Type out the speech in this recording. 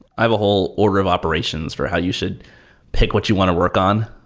i have a whole order of operations for how you should pick what you want to work on.